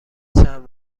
چند